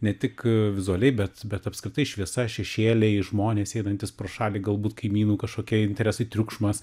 ne tik a vizualiai bet bet apskritai šviesa šešėliai žmonės einantys pro šalį galbūt kaimynų kažkokie interesai triukšmas